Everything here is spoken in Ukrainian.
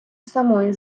самої